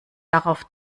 darauf